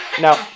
Now